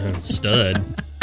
Stud